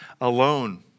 alone